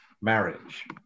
marriage